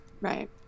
Right